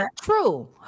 True